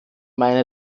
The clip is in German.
meine